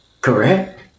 correct